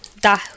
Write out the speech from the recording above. Da